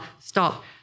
stop